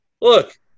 look